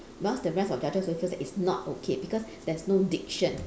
whilst the rest of the judges always feel that it's not okay because there's no diction